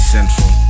Central